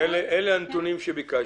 אלה הנתונים שביקשתי.